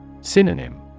Synonym